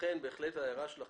לכן בהחלט ההערה שלך,